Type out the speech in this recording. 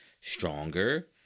stronger